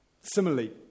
Similarly